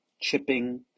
chipping